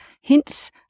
hints